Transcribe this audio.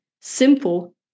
simple